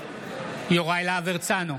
יוראי להב הרצנו,